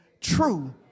true